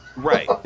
right